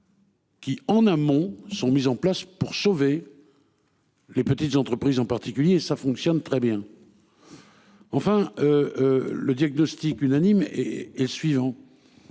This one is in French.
mises en place en amont pour sauver les petites entreprises en particulier. Cela fonctionne très bien ! Enfin, le diagnostic unanime est le suivant